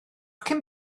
cyn